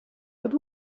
what